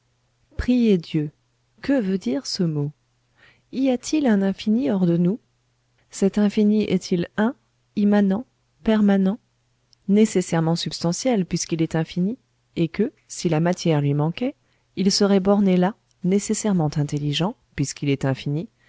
prier dieu que veut dire ce mot y a-t-il un infini hors de nous cet infini est-il un immanent permanent nécessairement substantiel puisqu'il est infini et que si la matière lui manquait il serait borné là nécessairement intelligent puisqu'il est infini